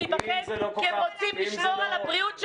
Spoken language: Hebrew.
להיבחן כי הם רוצים לשמור על הבריאות שלהם.